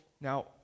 Now